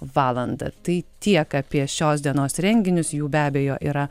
valandą tai tiek apie šios dienos renginius jų be abejo yra